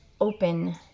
open